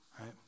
right